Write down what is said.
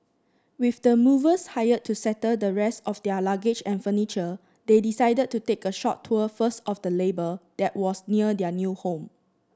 with the movers hired to settle the rest of their luggage and furniture they decided to take a short tour first of the harbour that was near their new home